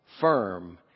firm